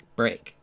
break